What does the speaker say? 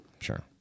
sure